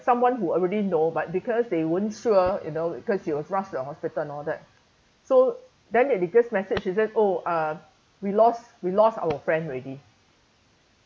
someone who already know but because they weren't sure you know because she was rushed to the hospital and all that so then and they just message she said oh uh we lost we lost our friend already